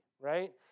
right